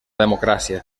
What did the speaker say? democràcia